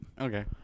Okay